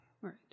right